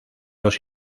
los